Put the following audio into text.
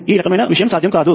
ఈ రకమైన విషయం సాధ్యం కాదు